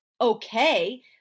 okay